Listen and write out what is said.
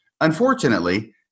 unfortunately